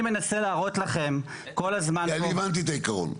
אני מנסה להראות לכם כל הזמן פה --- אני הבנתי את העיקרון.